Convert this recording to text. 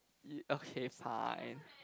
okay fine